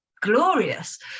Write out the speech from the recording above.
glorious